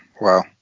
Wow